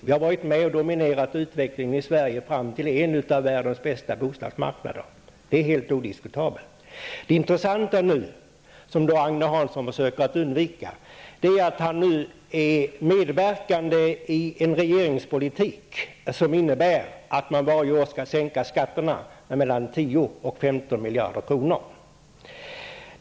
Vi har varit med och dominerat utvecklingen som lett fram till en av världens bästa bostadsmarknader. Det är helt odiskutabelt. Det intressanta nu är det som Agne Hansson försöker att undvika, nämligen att han nu är medverkande till en regeringspolitk som innebär att man varje år skall sänka skatterna med 10--15 miljarder kronor.